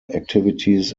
activities